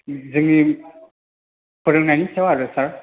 जोंनि फोरोंनायनि सायाव आरो सार